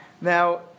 Now